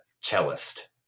cellist